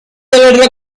haberla